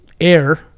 air